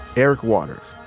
eric waters,